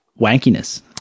wankiness